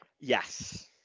Yes